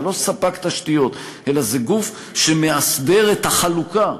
זה לא ספק תשתיות אלא זה גוף שמאסדר את החלוקה.